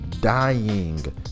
Dying